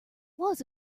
was